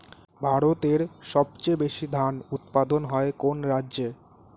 ভারতের সবচেয়ে বেশী ধান উৎপাদন হয় কোন রাজ্যে?